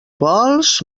vols